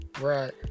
right